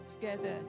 together